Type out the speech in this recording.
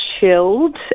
chilled